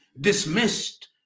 dismissed